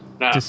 No